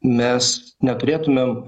mes neturėtumėm